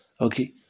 okay